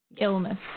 illness